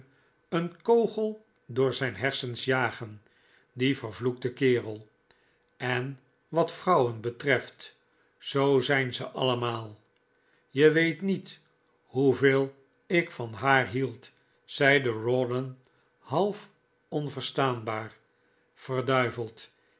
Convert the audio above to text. een kogel door zijn hersens jagen dien vervloekten kerel en wat vrouwen betreft zoo zijn ze allemaal je weet niet hoeveel ik van haar hield zeide rawdon half onverstaanbaar verd